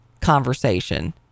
conversation